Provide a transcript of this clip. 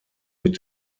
mit